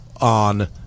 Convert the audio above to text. on